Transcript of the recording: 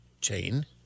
chain